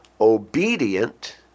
obedient